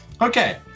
Okay